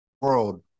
world